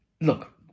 Look